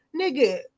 nigga